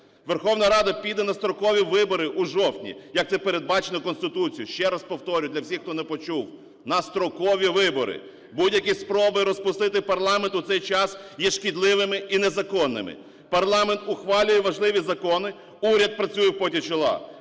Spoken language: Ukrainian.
Верховна Рада піде на строкові вибори у жовтні, як це передбачено Конституцією. Ще раз повторюю для всіх, хто не почув: на строкові вибори. Будь-які спроби розпустити парламент у цей час є шкідливим і незаконними. Парламент ухвалює важливі закони, уряд працює в поті чола.